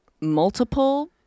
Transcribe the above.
multiple